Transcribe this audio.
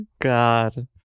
God